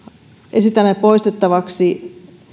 esitämme poistettavaksi